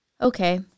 Okay